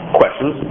questions